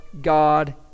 God